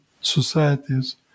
societies